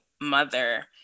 mother